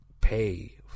pay